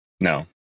No